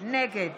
נגד